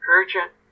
Urgent